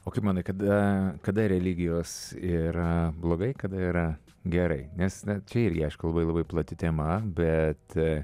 o kaip manai kada kada religijos yra blogai kada yra gerai nes na čia irgi aišku labai labai plati tema bet